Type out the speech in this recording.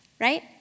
right